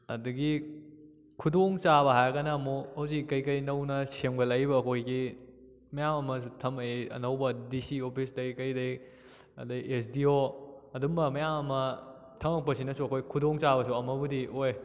ꯑꯗꯒꯤ ꯈꯨꯗꯣꯡ ꯆꯥꯕ ꯍꯥꯏꯔꯒꯅ ꯑꯃꯨꯛ ꯍꯧꯖꯤꯛ ꯀꯔꯤ ꯀꯔꯤ ꯅꯧꯅ ꯁꯦꯝꯒꯠꯂꯛꯂꯤꯕ ꯑꯩꯈꯣꯏꯒꯤ ꯃꯌꯥꯝ ꯑꯃ ꯊꯝꯂꯛꯏ ꯑꯅꯧꯕ ꯗꯤ ꯁꯤ ꯑꯣꯐꯤꯁꯇꯩ ꯀꯔꯤꯗꯩ ꯑꯗꯩ ꯑꯦꯁ ꯗꯤ ꯑꯣ ꯑꯗꯨꯝꯕ ꯃꯌꯥꯝ ꯑꯃ ꯊꯝꯂꯛꯄꯁꯤꯅꯁꯨ ꯑꯩꯈꯣꯏ ꯈꯨꯗꯣꯡ ꯆꯥꯕꯁꯨ ꯑꯃꯕꯨꯗꯤ ꯑꯣꯏ